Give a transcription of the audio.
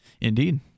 Indeed